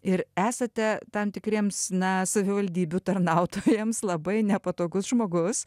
ir esate tam tikriems na savivaldybių tarnautojams labai nepatogus žmogus